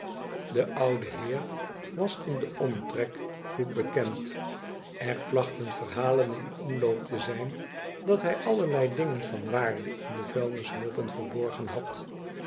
de oude heer was in den omtrek goed bekend r plachten verhalen in omloop te zijn dat hij allerlei dingen van waarde in de vuilnishoopen verborgen had